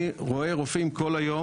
אני רואה רופאים כל היום,